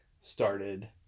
started